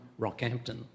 Rockhampton